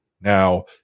Now